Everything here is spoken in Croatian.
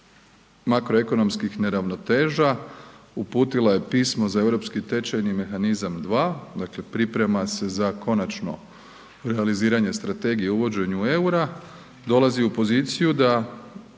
makroekonomskih neravnoteža, uputila je pismo za europski tečajni mehanizam 2, dakle priprema se za konačno realiziranje strategije o uvođenju EUR-a, dolazi u poziciju da